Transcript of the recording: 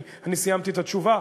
כי אני סיימתי את התשובה,